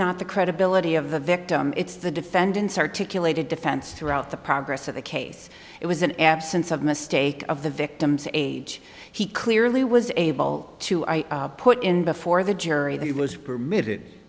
not the credibility of the victim it's the defendant's articulated defense throughout the progress of the case it was an absence of mistake of the victim's age he clearly was able to i put in before the jury that he was permitted